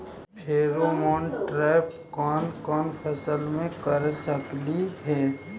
Pheromone trap कोन कोन फसल मे कर सकली हे?